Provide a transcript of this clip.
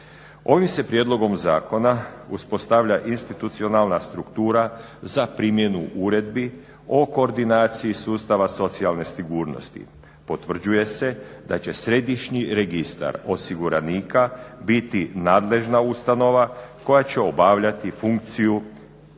Ovim se prijedlogom zakona uspostavlja institucionalna struktura za primjenu uredbi o koordinaciji sustava socijalne sigurnosti. Potvrđuje se da će Središnji registar osiguranika biti nadležna ustanova koja će obavljati funkciju